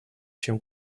чем